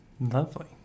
Lovely